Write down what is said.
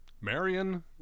marion